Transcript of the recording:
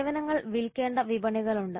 സേവനങ്ങൾ വിൽക്കേണ്ട വിപണികളുണ്ട്